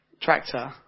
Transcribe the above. tractor